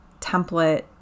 template